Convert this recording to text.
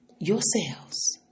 yourselves